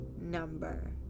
number